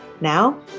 Now